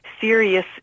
Serious